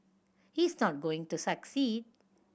he is not going to succeed